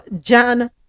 Jan